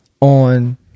on